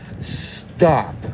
Stop